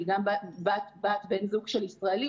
כי גם בת/בן זוג של ישראלי,